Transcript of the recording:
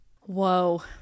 whoa